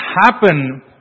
happen